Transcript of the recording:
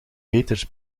veters